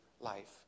Life